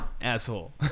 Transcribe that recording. Asshole